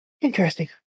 interesting